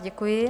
Děkuji.